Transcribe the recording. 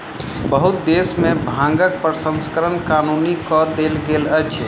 बहुत देश में भांगक प्रसंस्करण कानूनी कअ देल गेल अछि